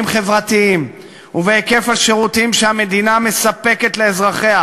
חברתיים ובהיקף השירותים שהמדינה מספקת לאזרחיה,